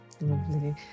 Lovely